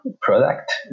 product